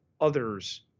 others